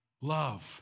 love